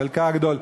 חלקה הגדול,